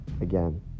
Again